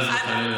חס וחלילה.